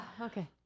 Okay